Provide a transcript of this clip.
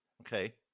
Okay